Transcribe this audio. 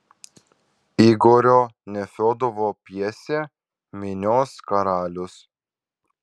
igorio nefiodovo pjesė minios karalius